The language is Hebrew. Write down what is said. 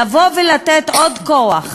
לבוא ולתת עוד כוח